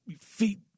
feet